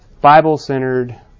Bible-centered